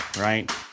right